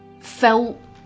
felt